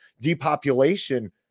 depopulation